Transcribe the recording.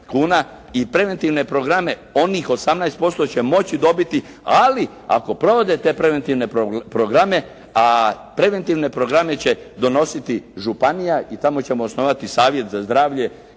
i preventivne programi onih 18% će moći dobiti, ali ako provode te preventivne programe, a preventivne programe će donositi županija i tamo ćemo osnovati savjet za zdravlje